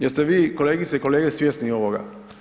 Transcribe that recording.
Jeste vi kolegice i kolege svjesni ovoga?